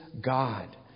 God